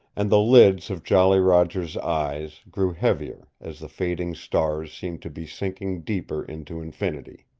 and the lids of jolly roger's eyes grew heavier as the fading stars seemed to be sinking deeper into infinity.